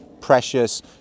precious